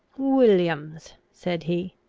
williams, said he,